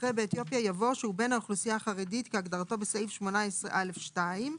אחרי "באתיופיה" יבוא "שהוא בן האוכלוסיה החרדית כהגדרתו בסעיף 18א2,